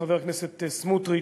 חבר הכנסת סמוטריץ,